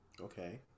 okay